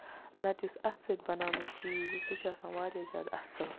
نہ تہٕ یُس اَتھٕ سۭتۍ بَناونُک چیٖز چھُ سُہ چھُ گژھان واریاہ زیادٕ اَصٕل